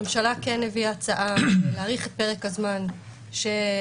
הממשלה הביאה הצעה להאריך את פרק הזמן שיאפשר